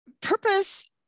purpose